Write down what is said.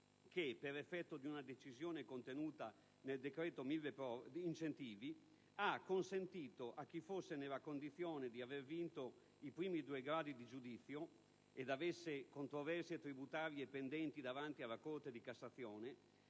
per effetto di una decisione contenuta nel decreto incentivi, chi fosse nella condizione di aver vinto i primi due gradi di giudizio ed avesse controversie tributarie pendenti davanti alla Corte di cassazione